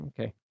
Okay